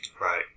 Right